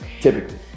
typically